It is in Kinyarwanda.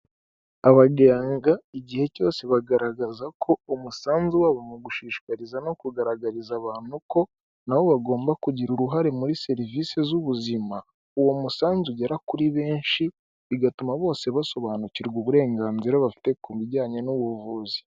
Abaganga igihe cyose bagaragaza ko umusanzu wabo mu gushishikariza no kugaragariza abantu ko nabo bagomba kugira uruhare muri serivisi z'ubuzima, uwo musanzu ugera kuri benshi, bigatuma bose basobanukirwa uburenganzira bafite ku bijyanye n'ubuvuzi.